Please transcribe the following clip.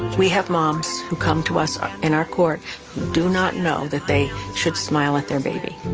we have moms who come to us ah in our court do not know that they should smile at their baby.